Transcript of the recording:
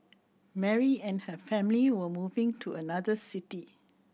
Mary and her family were moving to another city